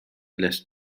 lässt